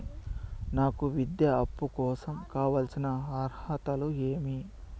నాకు విద్యా అప్పు కోసం కావాల్సిన అర్హతలు ఏమి?